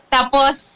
Tapos